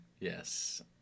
Yes